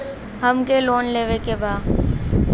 हमके लोन लेवे के बा?